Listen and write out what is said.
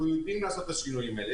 אנחנו יודעים לעשות את השינויים האלה,